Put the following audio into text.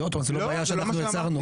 זו לא בעיה שאנחנו יצרנו.